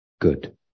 good